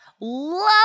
love